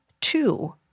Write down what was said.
two